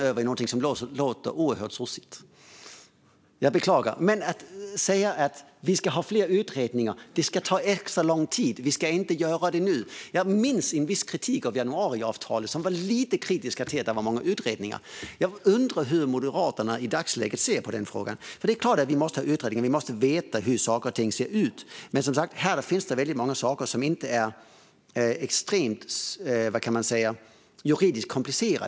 Det låter som ett sossesvar. Att lägga fram fler utredningar i stället för att göra något nu var ju en kritik mot januariavtalet. Jag undrar hur Moderaterna ser på det? Givetvis måste vi utreda för att få veta hur saker och ting ser ut, men här finns mycket som inte är juridiskt komplicerat.